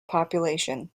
population